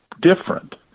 different